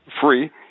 free